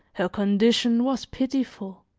her condition was pitiful,